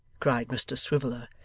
cried mr swiveller,